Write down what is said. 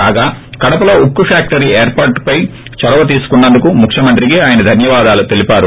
కాగా కడపలో ఉక్కు ఫ్యాక్షరీ ఏర్పాటుపై చొరవ తీసుకున్న ందుకు ముఖ్యమంత్రికి ఆయన ధన్యవాదాలు తెలివారు